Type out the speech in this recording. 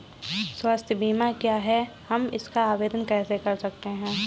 स्वास्थ्य बीमा क्या है हम इसका आवेदन कैसे कर सकते हैं?